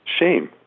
shame